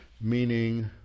meaning